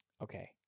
Okay